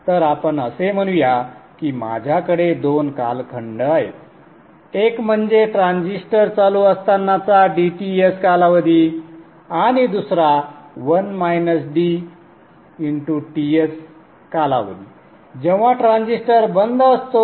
तर आपण असे म्हणूया की माझ्याकडे दोन कालखंड आहेत एक म्हणजे ट्रान्झिस्टर चालू असतानाचा dTs कालावधी आणि दुसरा Ts कालावधी जेव्हा ट्रान्झिस्टर बंद असतो